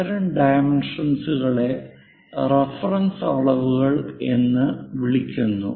അത്തരം ഡൈമെൻഷന്സ്കളെ റഫറൻസ് അളവുകൾ എന്ന് വിളിക്കുന്നു